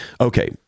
Okay